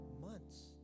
months